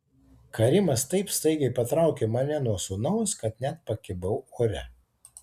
karimas taip staigiai patraukė mane nuo sūnaus kad net pakibau ore